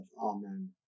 Amen